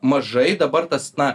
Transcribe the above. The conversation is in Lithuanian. mažai dabar tas na